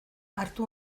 hartu